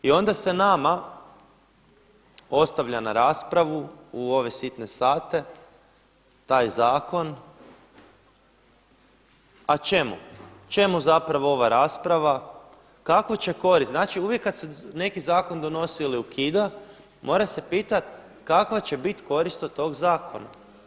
I onda se nama ostavlja na raspravu u ove sitne sate taj zakon a čemu, čemu zapravo ova rasprava, kakvu će korist, znači uvijek kad se neki zakon donosi ili ukida mora se pitat kakva će biti korist od tog zakona?